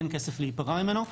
אין כסף להיפרע ממנו.